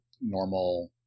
normal